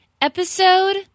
episode